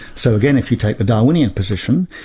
so again, if you take the darwinian position,